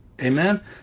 Amen